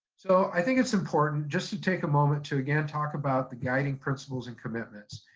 so, i think it's important just to take a moment to, again, talk about the guiding principles and commitments.